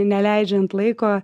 neleidžiant laiko